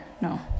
no